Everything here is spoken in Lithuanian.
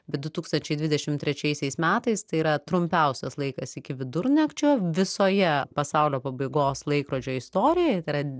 du tūkstančiai dvidešim trečiaisiais metais tai yra trumpiausias laikas iki vidurnakčio visoje pasaulio pabaigos laikrodžio istorijoj tai yra